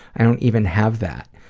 i don't even have that.